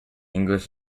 english